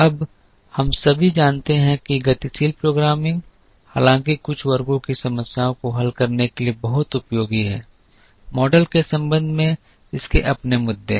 अब हम सभी जानते हैं कि गतिशील प्रोग्रामिंग हालांकि कुछ वर्गों की समस्याओं को हल करने के लिए बहुत उपयोगी है मॉडल के संबंध में इसके अपने मुद्दे हैं